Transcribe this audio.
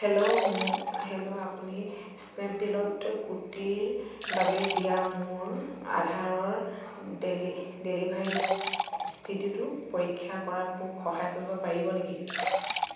hello hello আপুনি স্নেপডীলত কুৰ্তিৰ বাবে দিয়া মোৰ আধাৰৰ ডেলিভাৰী স্থিতিটো পৰীক্ষা কৰাত মোক সহায় কৰিব পাৰিব নেকি